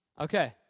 Okay